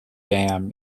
dam